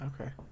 Okay